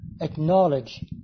acknowledge